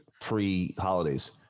Pre-holidays